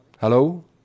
hello